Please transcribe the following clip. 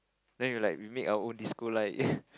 then we like we make our own disco light